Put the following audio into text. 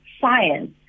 science